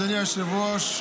אדוני היושב-ראש,